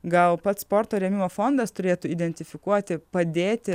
gal pats sporto rėmimo fondas turėtų identifikuoti padėti